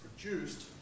produced